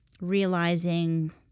realizing